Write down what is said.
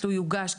לו יוגש,